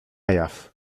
jaw